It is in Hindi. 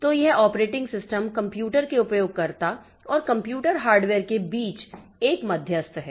तो यह ऑपरेटिंग सिस्टम कंप्यूटर के उपयोगकर्ता और कंप्यूटर हार्डवेयर के बीच एक मध्यस्थ है